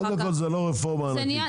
קודם כל זו לא רפורמה ענקית.